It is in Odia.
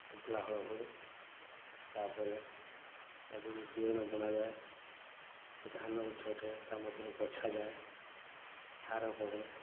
ଶୁଖିଲା ହଳ ହୁଏ ତା'ପରେ ତାକୁ ବିହନ ବୁଣାଯାଏ ସେ ଧାନ ଗଛ ଉଠେ ତା ମଧ୍ୟରୁ ବଛାଯାଏ ସାର ପଡ଼େ